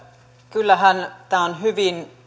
kyllähän tämä on hyvin